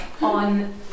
on